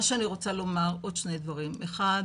מה שאני רוצה לומר עוד שני דברים, האחד